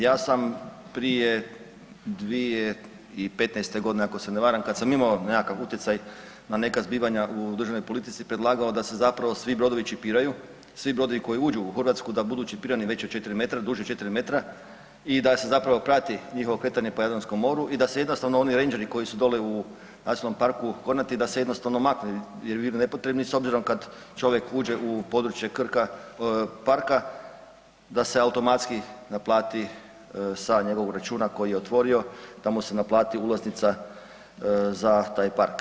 Ja sam prije 2015. godine ako se ne varam kad sam imamo nekakav utjecaj na neka zbivanja u državnoj politici predlagao da se zapravo svi brodovi čipiraju, svi brodovi koji uđu u Hrvatsku da budu čipirani veći od 4 metra, duži od 4 metra i da se zapravo prati njihovo kretanje po jadranskom moru i da se jednostavno oni rendžeri koji su dole u Nacionalnom parku Kornati da se jednostavno maknu jer bi bili nepotrebni s obzirom kad čovjek uđe u područje Krka parka da se automatski naplati sa njegovog računa koji je otvorio da mu se naplati ulaznica za taj park.